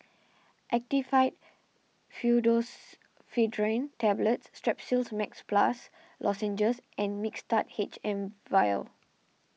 Actifed Pseudoephedrine Tablets Strepsils Max Plus Lozenges and Mixtard H M vial